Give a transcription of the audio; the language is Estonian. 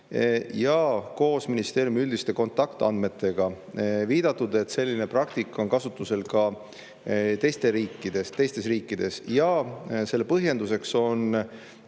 ja koos ministeeriumi üldiste kontaktandmetega. On viidatud, et selline praktika on kasutusel ka teistes riikides. Selle põhjenduseks on